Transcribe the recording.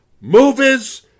movies